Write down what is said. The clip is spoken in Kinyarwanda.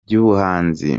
by’ubuhanzi